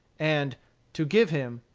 and to give him,